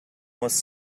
was